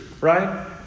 right